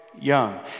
young